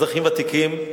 אזרחים ותיקים.